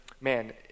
man